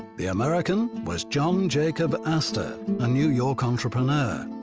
the american was john jacob astor, a new york entrepreneur.